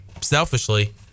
selfishly